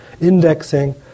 indexing